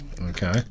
Okay